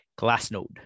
Glassnode